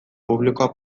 publikoa